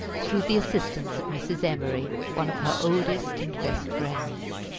through the assistance of mrs. emory, one of her oldest and best friends.